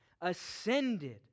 ascended